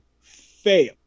Fail